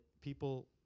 people